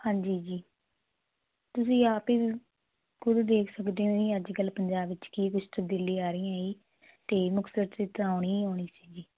ਹਾਂਜੀ ਜੀ ਤੁਸੀਂ ਆਪ ਹੀ ਖੁਦ ਦੇਖ ਸਕਦੇ ਹੋ ਅੱਜ ਕੱਲ ਪੰਜਾਬ ਵਿੱਚ ਕੀ ਕੁਛ ਤਬਦੀਲੀਆਂ ਆ ਰਹੀਆਂ ਜੀ ਤੇ ਮੁਕਤਸਰ ਚ ਆਉਣੀ ਹੀ ਆਉਣੀ ਸੀਗੀ